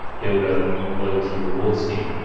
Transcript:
build a loyalty reward scheme,